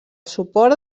suport